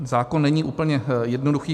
Zákon není úplně jednoduchý.